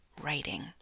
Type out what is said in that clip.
writing